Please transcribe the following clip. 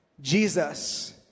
Jesus